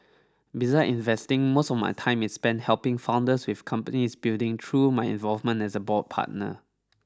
beside investing most of my time is spent helping founders with companies building through my involvement as a board partner